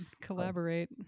collaborate